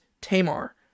tamar